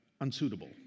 unsuitable